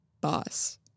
boss